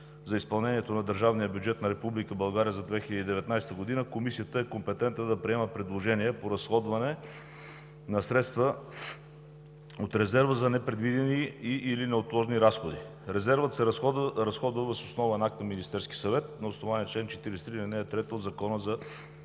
за изпълнението на държавния бюджет на Република България за 2019 г. Комисията е компетентна да приема предложения по разходване на средства от резерва за непредвидени и/или неотложни разходи. Резервът се разходва въз основа на акт на Министерския съвет на основание чл. 43, ал. 3 от Закона за